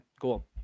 cool